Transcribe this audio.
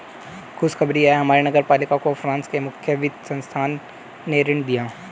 खुशखबरी है हमारे नगर पालिका को फ्रांस के मुख्य वित्त संस्थान ने ऋण दिया है